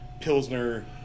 Pilsner